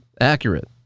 accurate